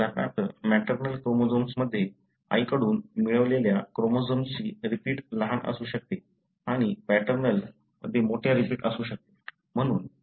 आपण उदाहरणार्थ मॅटर्नल क्रोमोझोम्समध्ये आईकडून मिळवलेल्या क्रोमोझोम्सची रिपीट लहान असू शकते आणि पॅटर्नल मध्ये मोठी रिपीट असू शकते